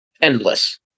endless